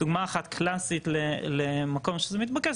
דוגמה אחת קלאסית למקום שזה מתבקש,